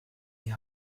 die